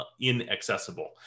inaccessible